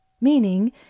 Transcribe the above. Meaning